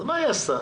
אז מה היא עשתה?